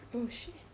oh shit